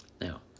Now